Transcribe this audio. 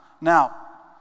Now